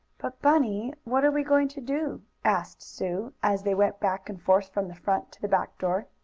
but, bunny, what are we going to do? asked sue, as they went back and forth from the front to the back door.